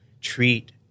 treat